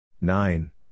Nine